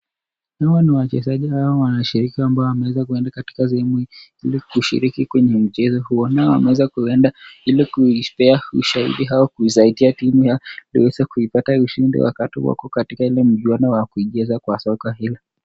Hawa ni wachezaji hawa wanashiriki ambao wameweza kuenda katika sehemu hii ili kushiriki kwenye mchezo huu. Nao wameweza kuenda ili kuepea ushahidi hao kusaidia timu yao uiweze kuipata ushidi wakati wako katika ule mjuano wa kuigiza kwa soka hii.